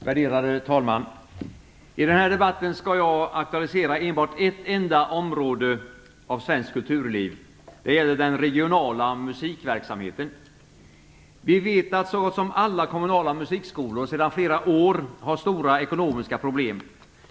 Värderade talman! I den här debatten skall jag aktualisera enbart ett enda område av svenskt kulturliv. Det gäller den regionala musikverksamheten. Vi vet att så gott som alla kommunala musikskolor sedan flera år har stora ekonomiska problem.